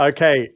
Okay